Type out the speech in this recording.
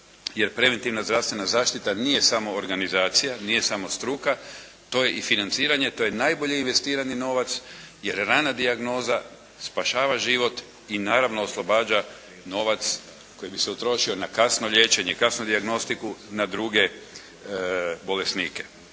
jer preventivna zdravstvena zaštita nije samo organizacija, nije samo struka. To je i financiranje. To je najbolje investirani novac jer rana dijagnoza spašava život i naravno oslobađa novac koji bi se utrošio na kasno liječenje i kasnu dijagnostiku na druge bolesnike.